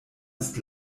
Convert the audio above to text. ist